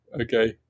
okay